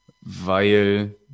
weil